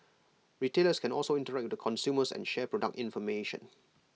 retailers can also interact the consumers and share product information